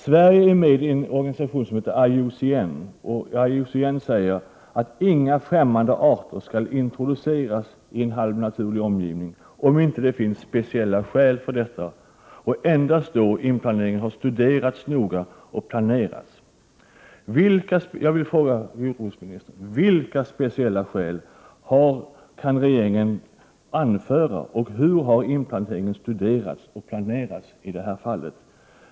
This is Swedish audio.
Sverige är med i en organisation som heter IUCN. IUCN säger att inga främmande arter skall introduceras i en halvnaturlig omgivning, om det inte finns speciella skäl till detta. Och det skall få ske endast då inplantering har studerats och planerats noga. Jag vill fråga jordbruksministern: Vilka speciella skäl kan regeringen anföra, och hur har inplanteringen studerats och planerats i detta fall?